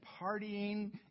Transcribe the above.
partying